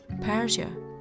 Persia